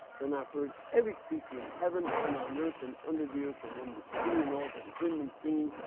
then i heard every creature in heaven and on earth and under the earth and in the sea and all that is in them, singing,